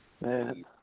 man